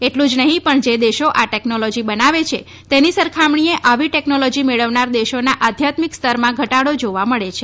એટલું જ નહીં પણ જે દેશો આ ટેકનોલોજી બનાવે છે તેની સરખામણીએ આવી ટેકનોલોજી મેળવનાર દેશોના આદ્યાત્મિક સ્તરમાં ઘટાડો જોવા મળે છે